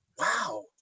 Wow